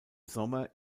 sommer